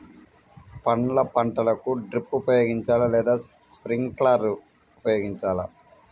పండ్ల పంటలకు డ్రిప్ ఉపయోగించాలా లేదా స్ప్రింక్లర్ ఉపయోగించాలా?